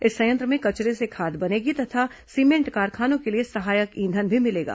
इस संयंत्र में कचरे से खाद बनेगी तथा सीमेंट कारखानों के लिए सहायक ईंधन भी मिलेगा